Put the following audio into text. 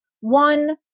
one